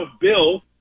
Bill